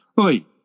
Oi